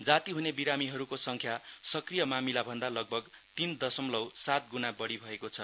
जाती हुने बिरामीहरुको संख्या साक्रिय मामिला भन्दा लगभग तीन दसमलौ सात गुना बड़ी भएको छ